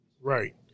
Right